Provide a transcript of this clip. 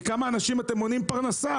מכמה אנשים אתם מונעים פרנסה?